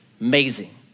Amazing